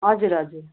हजुर हजुर